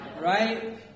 Right